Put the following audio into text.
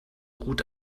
gut